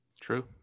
True